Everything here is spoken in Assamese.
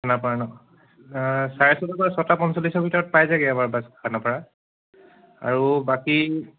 খানাপাৰা নহ্ চাৰে ছটাৰ পৰা ছটা পঞ্চল্লিছৰ ভিতৰত পাই যাইগৈ আমাৰ বাছ খানাপাৰা আৰু বাকী